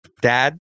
Dad